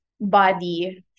body